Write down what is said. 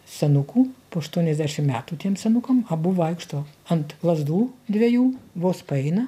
senukų po aštuoniasdešim metų tiem senukam abu vaikšto ant lazdų dvejų vos paeina